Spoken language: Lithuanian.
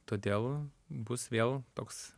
todėl bus vėl toks